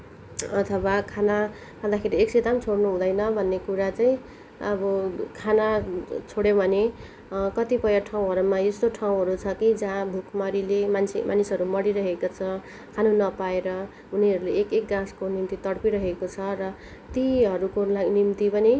अथवा खाना खाँदाखेरि एक सिता पनि छोड्नु हुँदैन भन्ने कुरा चाहिँ अब खाना छोड्यो भने कतिपय ठाउँहरूमा यस्तो ठाउँ छ कि जहाँ भुकमरीले मान्छे मानिसहरू मरिरहेको छ खानु नपाएर उनीहरूले एक एक गाँसको निम्ति तड्पिरहेको छ र तीहरूको निम्ति पनि